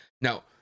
now